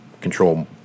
control